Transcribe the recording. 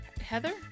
Heather